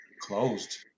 closed